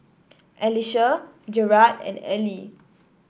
Elisha Jerad and Ellie